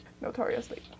notoriously